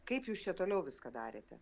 kaip jūs čia toliau viską darėte